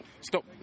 stop